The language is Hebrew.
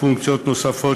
חוק זכויות החולה (תיקון מס' 9),